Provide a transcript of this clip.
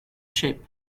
ship